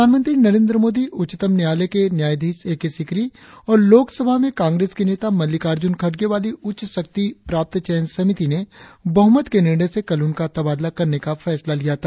प्रधानमंत्री नरेंद्र मोदी उच्चतम न्यायालय के न्यायाधीश ए के सीकरी और लोकसभा में कांग्रेस के नेता मल्लिकार्ज़न खड़गे वाली उच्च शक्ति प्राप्त चयन समिति ने बहमत के निर्णय से कल उनका तबादला करने का फैसला लिया था